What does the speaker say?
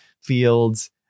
fields